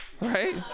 Right